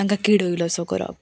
तांकां किडयलो असो करप